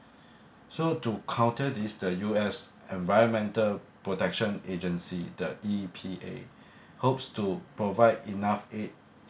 so to counter these the U_S environmental protection agency the E_P_A hopes to provide enough aid